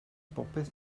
bopeth